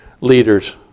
leaders